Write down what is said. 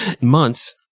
months